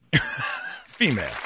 Female